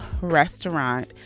restaurant